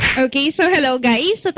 okay so hello guys! but